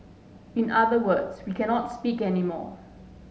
in other words we cannot speak anymore